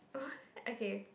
oh okay